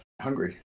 hungry